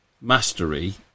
mastery